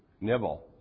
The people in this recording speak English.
nibble